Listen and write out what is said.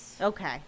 Okay